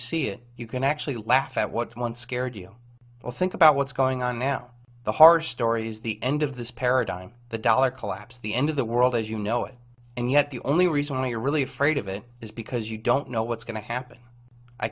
see it you can actually laugh at what someone scared you will think about what's going on now the harsh stories the end of this paradigm the dollar collapse the end of the world as you know it and yet the only reason we are really afraid of it is because you don't know what's going to happen i